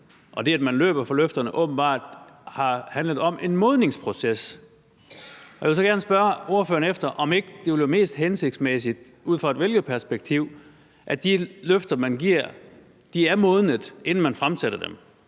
og det, at man løber fra løfterne, åbenbart har handlet om en modningsproces. Jeg vil så gerne som det ene spørge ordføreren, om det ikke ville være mest hensigtsmæssigt ud fra et vælgerperspektiv, at de løfter, man giver, er modnet, inden man fremsætter dem.